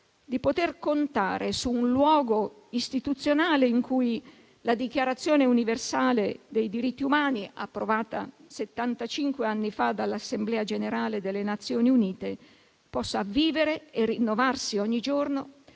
di poter contare su un luogo istituzionale, in cui la Dichiarazione universale dei diritti umani, approvata settantacinque anni fa dall'Assemblea generale delle Nazioni Unite, possa vivere e rinnovarsi ogni giorno